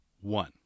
One